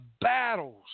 battles